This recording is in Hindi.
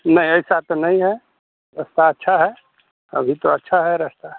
नहीं ऐसा तो नहीं है रास्ता अच्छा है अभी तो अच्छा है रास्ता